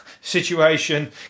situation